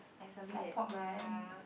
like something that ya